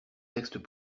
textes